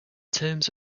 terms